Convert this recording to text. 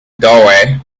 doorway